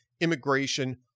immigration